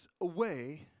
away